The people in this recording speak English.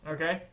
Okay